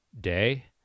day